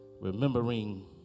remembering